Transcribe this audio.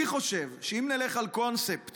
אני חושב שאם נלך על קונספט